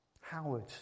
Howard